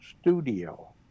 Studio